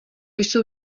jsou